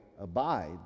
abides